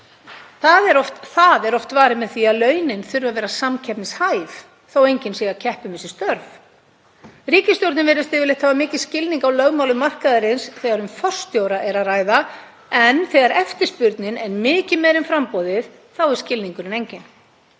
Það er oft varið með því að launin þurfi að vera samkeppnishæf þó að enginn sé að keppa um þessi störf. Ríkisstjórnin virðist yfirleitt hafa mikinn skilning á lögmálum markaðarins þegar um forstjóra er að ræða en þegar eftirspurnin er mikið meiri en framboðið er skilningurinn enginn.